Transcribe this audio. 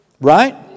Right